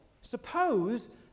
suppose